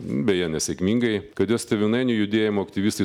beje nesėkmingai kad jos tėvynainių judėjimo aktyvistai